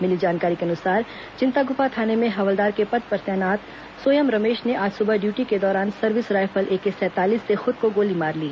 मिली जानकारी के अनुसार चिंतागुफा थाने में हवलदार के पद पर तैनात सोयम रमेश ने आज सुबह ड्यूटी के दौरान सर्विस रायफल एके सैंतालीस से खुद को गोली मार ली